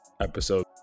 episode